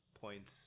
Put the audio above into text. points